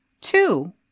Two